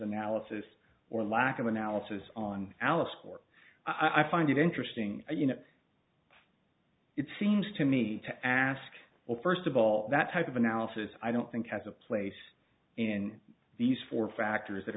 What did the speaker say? analysis or lack of analysis on alice court i find it interesting you know it seems to me to ask well first of all that type of analysis i don't think has a place in these four factors that